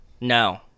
No